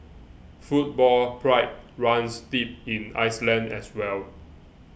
football pride runs deep in Iceland as well